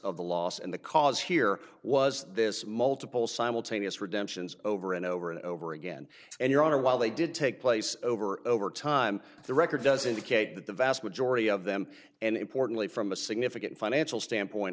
of the loss and the cause here was this multiple simultaneous redemptions over and over and over again and your honor while they did take place over over time the record does indicate that the vast majority of them and importantly from a significant financial standpoint